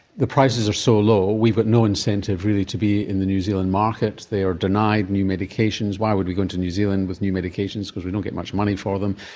the prices are so low, we've got no incentive really to be in the new zealand market, they are denied new medications, why would we go into new zealand with new medications because we don't get much money for them,